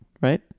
right